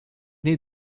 naît